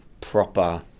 proper